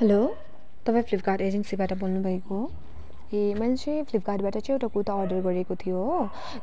hello तपाईँ Flipkart एजेन्सीबाट बोल्नु भएको हो ए मैले चाहिँ फ्लिपकार्टबाट चाहिँ एउटा कुर्ता अर्डर गरेको थियो हो